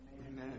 Amen